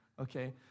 Okay